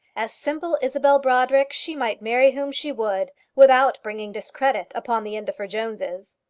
as simple isabel brodrick she might marry whom she would without bringing discredit upon the indefer joneses.